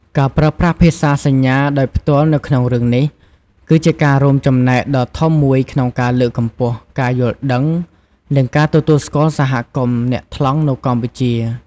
ការប្រើប្រាស់ភាសាសញ្ញាដោយផ្ទាល់នៅក្នុងរឿងនេះ គឺជាការរួមចំណែកដ៏ធំមួយក្នុងការលើកកម្ពស់ ការយល់ដឹង និងការទទួលស្គាល់សហគមន៍អ្នកថ្លង់ នៅកម្ពុជា ។